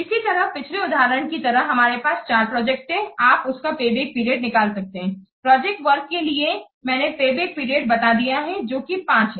इसी तरह पिछले उदाहरण की तरह हमारे पास 4 प्रोजेक्ट है आप उसका पेबैक पीरियड निकाल सकते हैं प्रोजेक्ट वर्क के लिए मैंने पेबैक पीरियड बता दिया है जो कि 5 है